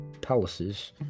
palaces